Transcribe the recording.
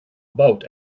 boat